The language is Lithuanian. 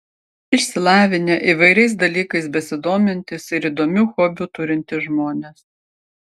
išsilavinę įvairiais dalykais besidomintys ir įdomių hobių turintys žmonės